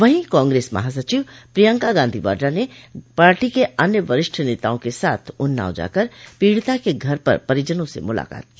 वहीं कांग्रेस महासचिव प्रियंका गांधी वाड्रा ने पार्टी के अन्य वरिष्ठ नेताओं के साथ उन्नाव जाकर पीड़िता के घर पर परिजनों से मुलाकात की